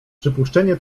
przypuszczenie